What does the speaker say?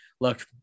Look